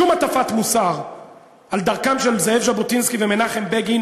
שום הטפת מוסר על דרכם של זאב ז'בוטינסקי ומנחם בגין